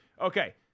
Okay